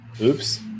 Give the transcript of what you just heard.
Oops